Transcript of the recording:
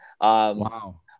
Wow